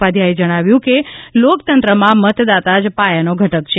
ઉપાધ્યાયે જણાવ્યું છે કે લોકતંત્રમાં મતદાતા જ પાયાનો ઘટક છે